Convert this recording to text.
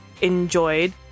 enjoyed